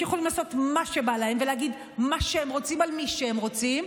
שיכולים לעשות מה שבא להם ולהגיד מה שהם רוצים על מי שהם רוצים,